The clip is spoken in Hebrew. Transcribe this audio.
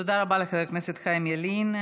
תודה רבה לחבר הכנסת חיים ילין.